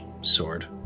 sword